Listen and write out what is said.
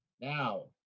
Now